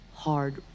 hard